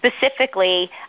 specifically